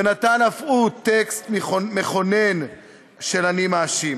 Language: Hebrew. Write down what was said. ונתן אף הוא טקסט מכונן של "אני מאשים"